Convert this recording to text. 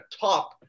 top –